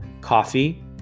coffee